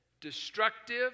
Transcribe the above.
destructive